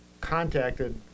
contacted